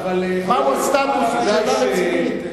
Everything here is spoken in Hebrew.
מהו הסטטוס, שאלה רצינית.